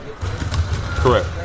Correct